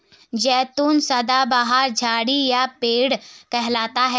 जैतून सदाबहार झाड़ी या पेड़ कहलाता है